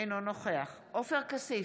אינו נוכח עופר כסיף,